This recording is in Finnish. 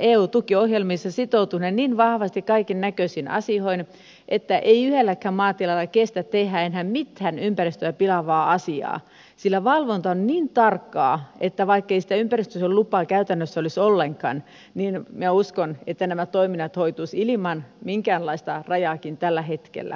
eu tukiohjelmissa sitoutuneet niin vahvasti kaikennäköisiin asioihin että ei yhdelläkään maatilalla kestä tehdä enää mitään ympäristöä pilaavaa asiaa sillä valvonta on niin tarkkaa että vaikkei sitä ympäristönsuojelulupaa käytännössä olisi ollenkaan niin minä uskon että nämä toiminnat hoituisivat ilman minkäänlaista rajaakin tällä hetkellä